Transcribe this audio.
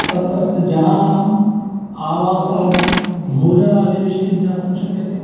तत्रस्त जनानाम् आवासादि भोजनादि विषये ज्ञातुं शक्यते